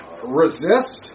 Resist